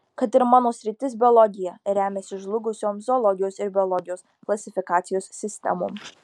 kad ir mano sritis biologija remiasi žlugusiom zoologijos ir biologijos klasifikacijos sistemom